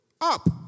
up